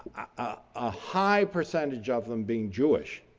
a high percentage of them being jewish.